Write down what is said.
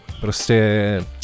Prostě